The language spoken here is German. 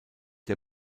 der